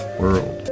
world